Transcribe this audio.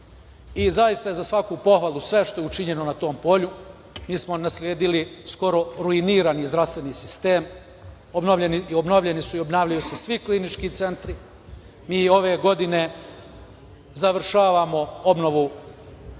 Ziasta je za svaku pohvalu sve što je učinjeno na tom polju. Mi smo nasledili skoro ruinirani zdravstveni sistem. Obnovljeni su i obnavljaju se svi klinički centri. Mi ove godine završavamo obnovu